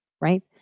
right